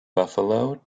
buffalo